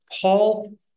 Paul